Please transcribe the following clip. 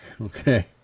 okay